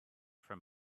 from